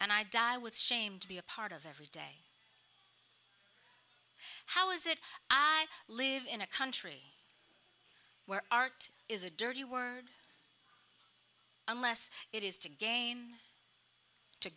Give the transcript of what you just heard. and i die with shame to be a part of every day how is it i live in a country where art is a dirty word unless it is to gain to